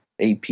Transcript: AP